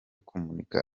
kumurika